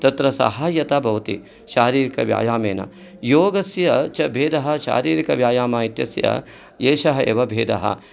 तत्र सहायता भवति शारीरिकव्यायामेन योगस्य च भेदः शारीरिकव्यायाम इत्यस्य एषः एव भेदः